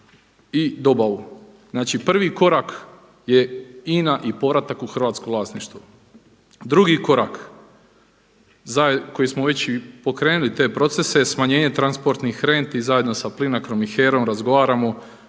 i dobavu. Znači prvi korak je INA i povratak u hrvatsko vlasništvo. Drugi korak koji smo već i pokrenuli te procese smanjenje transportnih rentni zajedno sa Plinacrom i HERA-om razgovaramo,